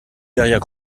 derrière